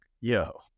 yo